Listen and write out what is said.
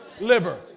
Liver